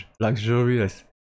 luxurious